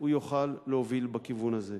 יוכל להוביל בכיוון הזה.